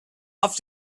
off